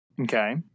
Okay